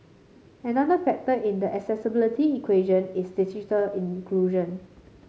another factor in the accessibility equation is digital inclusion